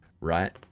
right